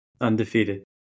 Undefeated